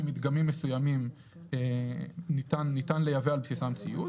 מדגמים מסוימים ניתן לייבא על בסיסם ציוד.